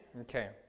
Okay